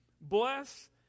Bless